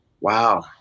Wow